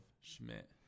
Schmidt